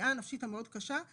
הפגיעה הנפשית המאוד קשה,